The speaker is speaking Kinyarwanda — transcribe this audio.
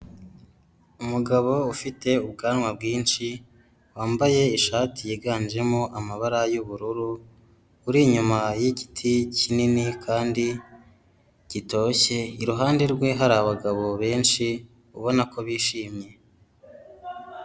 Umugabo ufite ubwanwa bwinshi, wambaye ishati yiganjemo amabara y'ubururu, uri inyuma y'igiti kinini kandi gitoshye, iruhande rwe hari abagabo benshi, ubona ko bishimye.